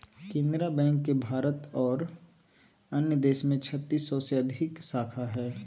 Canara bank के भारत आरो अन्य देश में छत्तीस सौ से अधिक शाखा हइ